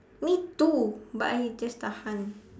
me too but I just tahan